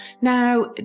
Now